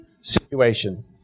situation